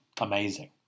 amazing